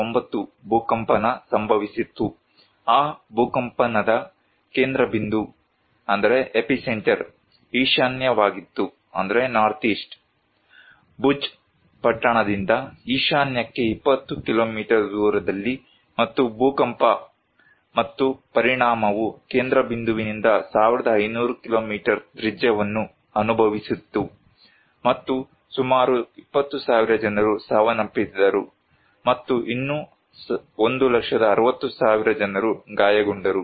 9 ಭೂಕಂಪನ ಸಂಭವಿಸಿತ್ತು ಆ ಭೂಕಂಪದ ಕೇಂದ್ರಬಿಂದು ಈಶಾನ್ಯವಾಗಿತ್ತು ಭುಜ್ ಪಟ್ಟಣದಿಂದ ಈಶಾನ್ಯಕ್ಕೆ 20 ಕಿಲೋಮೀಟರ್ ದೂರದಲ್ಲಿ ಮತ್ತು ಭೂಕಂಪ ಮತ್ತು ಪರಿಣಾಮವು ಕೇಂದ್ರಬಿಂದುವಿನಿಂದ 1500 ಕಿಲೋಮೀಟರ್ ತ್ರಿಜ್ಯವನ್ನು ಅನುಭವಿಸಿತು ಮತ್ತು ಸುಮಾರು 20000 ಜನರು ಸಾವನ್ನಪ್ಪಿದರು ಮತ್ತು ಇನ್ನೂ 160000 ಜನರು ಗಾಯಗೊಂಡರು